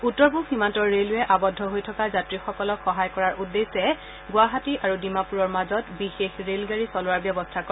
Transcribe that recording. উত্তৰ পূব সীমান্ত ৰেলৱে আবদ্ধ হৈ থকা যাত্ৰীসকলক সহায় কৰাৰ উদ্দেশ্যে গুৱাহাটী আৰু ডিমাপূৰৰ মাজত বিশেষ ৰেলগাড়ী চলোৱাৰ ব্যৱস্থা কৰে